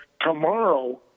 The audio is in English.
tomorrow